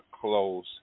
close